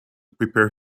prepare